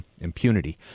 impunity